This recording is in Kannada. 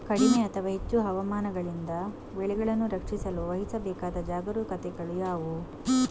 ಕಡಿಮೆ ಅಥವಾ ಹೆಚ್ಚು ಹವಾಮಾನಗಳಿಂದ ಬೆಳೆಗಳನ್ನು ರಕ್ಷಿಸಲು ವಹಿಸಬೇಕಾದ ಜಾಗರೂಕತೆಗಳು ಯಾವುವು?